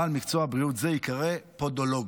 בעל מקצוע בריאות זה ייקרא פודולוג.